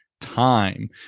time